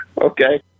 Okay